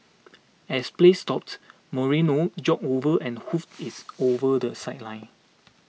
as play stopped Moreno jogged over and hoofed its over the sideline